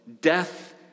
Death